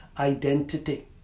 identity